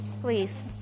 Please